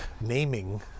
naming